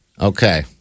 Okay